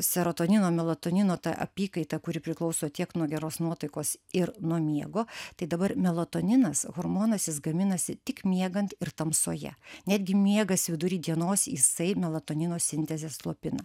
serotonino melatonino ta apykaita kuri priklauso tiek nuo geros nuotaikos ir nuo miego tai dabar melatoninas hormonas jis gaminasi tik miegant ir tamsoje netgi miegas vidury dienos jisai melatonino sintezę slopina